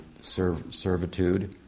servitude